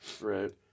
Right